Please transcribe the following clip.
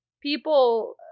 people